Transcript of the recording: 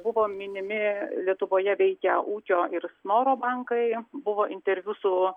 buvo minimi lietuvoje veikę ūkio ir snoro bankai buvo interviu su